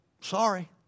Sorry